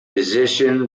position